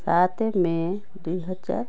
ସାତ ମେ ଦୁଇହଜାର